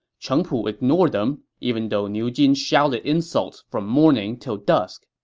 cheng pu ignored them, even though niu jin shouted insults from morning till dusk.